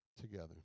together